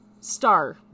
star